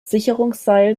sicherungsseil